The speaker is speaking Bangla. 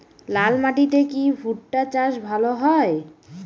লাল মাটিতে কি ভুট্টা চাষ ভালো হয়?